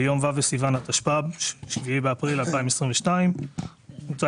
ביום ו' בניסן התשפ"ב (7 באפריל 2022)". מוצע